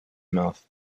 mouth